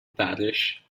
parish